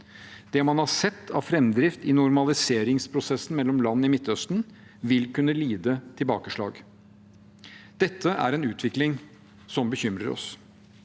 Det man har sett av framdrift i normaliseringsprosessen mellom land i Midtøsten, vil kunne lide tilbakeslag. Dette er en utvikling som bekymrer oss.